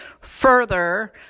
further